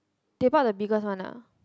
they bought the biggest one ah